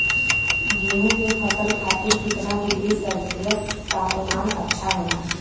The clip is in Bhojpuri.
गेहूँ के फसल खातीर कितना डिग्री सेल्सीयस तापमान अच्छा होला?